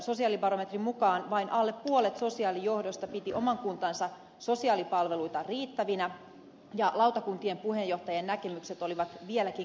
sosiaalibarometrin mukaan vain alle puolet sosiaalijohdosta piti oman kuntansa sosiaalipalveluita riittävinä ja lautakuntien puheenjohtajien näkemykset olivat vieläkin kriittisempiä